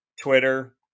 Twitter